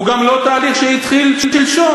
הוא גם לא תהליך שהתחיל שלשום.